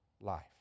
life